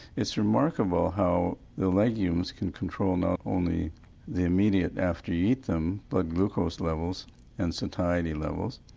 it's remarkable how the legumes can control not only the immediate after you eat them, blood glucose levels and satiety levels,